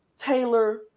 Taylor